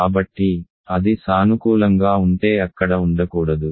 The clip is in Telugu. కాబట్టి అది సానుకూలంగా ఉంటే అక్కడ ఉండకూడదు